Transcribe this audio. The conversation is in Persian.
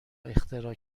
اختراع